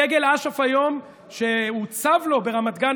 דגל אש"ף היום שהוצג לו ברמת גן,